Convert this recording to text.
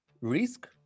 risk